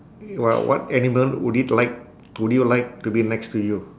what what animal would it like would you like to be next to you